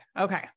Okay